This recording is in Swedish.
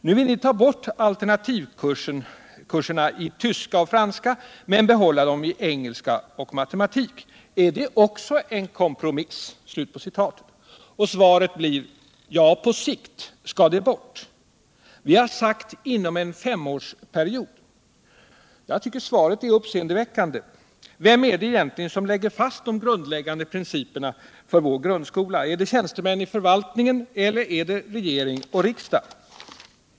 Nu vill ni ha bort alternativkurserna i tyska och franska men behålla dem i engelska och matematik. Är det också en kompromiss?” Svaret blir: ”Ja, på sikt ska de ju bort. Vi har sagt inom en femårsperiod.” Jag tycker svaret är uppseendeväckande. Vem är det egentligen som lägger fast de grundläggande principerna för vår grundskola? Är det tjänstemän i förvaltningen eller är det regering och riksdag?